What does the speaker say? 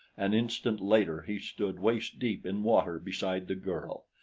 an instant later he stood waist deep in water beside the girl.